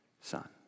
son